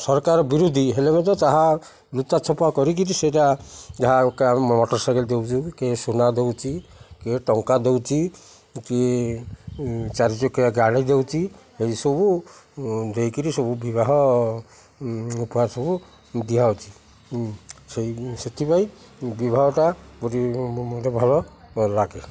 ସରକାର ବିରୋଧୀ ହେଲେ ମଧ୍ୟ ତ ଯାହା ଲୁଚା ଛପା କରିକି ସେଇଟା ଯାହା ମୋଟର୍ ସାଇକେଲ ଦେଉଛି କିଏ ସୁନା ଦେଉଛି କିଏ ଟଙ୍କା ଦେଉଛି କିଏ ଚାରି ଚକିଆ ଗାଡ଼ି ଦେଉଛି ଏଇସବୁ ଦେଇ କରି ସବୁ ବିବାହ ଉପାୟ ସବୁ ଦିଆହେଉଛି ସେଇ ସେଥିପାଇଁ ବିବାହଟା ମୋତେ ଭଲ ଲାଗେ